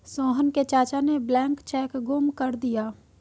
सोहन के चाचा ने ब्लैंक चेक गुम कर दिया